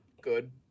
good